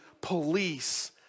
police